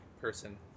person